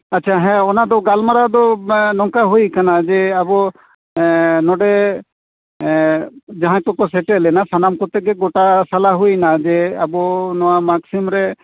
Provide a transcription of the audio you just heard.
ᱟᱪᱪᱷᱟ ᱦᱮᱸ ᱚᱱᱟ ᱫᱚ ᱜᱟᱞᱢᱟᱨᱟᱣ ᱫᱚ ᱱᱚᱝᱠᱟ ᱦᱩᱭᱟᱠᱟᱱᱟ ᱡᱮ ᱟᱵᱚ ᱱᱚᱸᱰᱮ ᱡᱟᱦᱟᱸᱭ ᱠᱚᱠᱚ ᱥᱮᱴᱮᱨ ᱞᱮᱱᱟ ᱥᱟᱱᱟᱢ ᱠᱚᱛᱮᱜᱮ ᱜᱚᱴᱟ ᱥᱟᱞᱟ ᱦᱩᱭᱮᱱᱟ ᱡᱮ ᱟᱵᱚ ᱱᱚᱣᱟ ᱢᱟᱜᱽᱥᱤᱢᱨᱮ